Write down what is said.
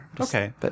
Okay